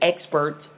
experts